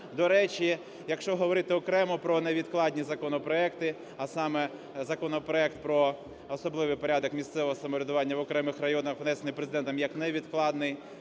До речі, якщо говорити окремо про невідкладні законопроекти, а саме законопроект про особливий порядок місцевого самоврядування в окремих районах, внесений Президентом як невідкладний,